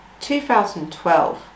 2012